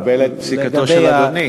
אני מקבל את פסיקתו של אדוני.